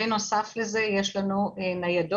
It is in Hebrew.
בנוסף לזה יש לנו ניידות,